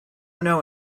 know